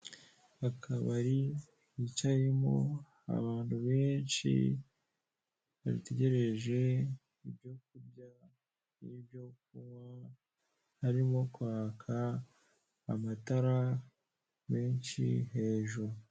Akabari kicayemo abantu benshi, bategereje ibyo kurya n'ibyo kunywa, harimo kwaka amatara menshi hejuru.